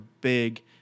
big